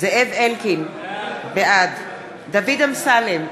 זאב אלקין, בעד דוד אמסלם,